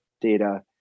data